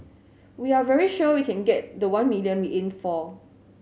we are very sure we can get the one million we aimed for